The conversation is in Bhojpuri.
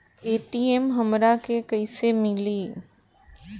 ए.टी.एम हमरा के कइसे मिली?